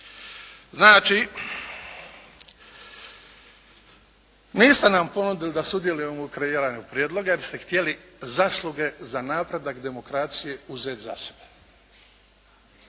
Znači, niste nam ponudili da sudjelujemo u kreiranju prijedloga jer ste htjeli zasluge za napredak demokracije uzet za sebe,